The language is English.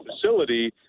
facility